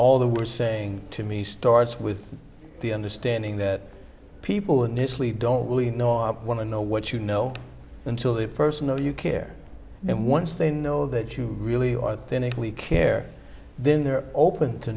all the were saying to me starts with the understanding that people initially don't really know i want to know what you know until they first know you care and once they know that you really authentically care then they're open to